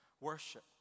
worship